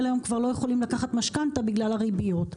היום כבר לא יכולים לקחת משכנתה בגלל הריביות.